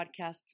podcast